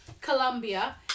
colombia